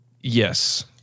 yes